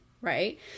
Right